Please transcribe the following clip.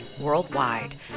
worldwide